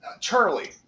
Charlie